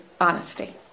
honesty